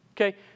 Okay